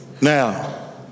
Now